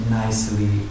nicely